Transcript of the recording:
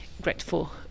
grateful